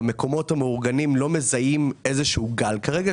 במקומות המאורגנים לא מזהים איזשהו גל כרגע.